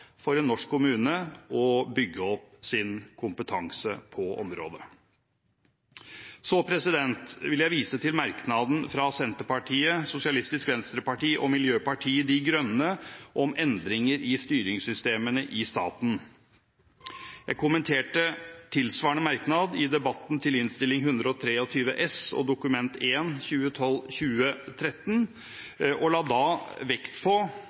for en norsk kommune å bygge opp sin kompetanse på området. Så vil jeg vise til merknaden fra Senterpartiet, SV og Miljøpartiet De Grønne om endringer i styringssystemene i staten. Jeg kommenterte tilsvarende merknad i debatten til Innst. 123 S for 2013–2014 og Dokument 1 for 2013–2014 og la da vekt på